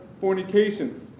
fornication